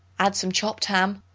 add some chopped ham,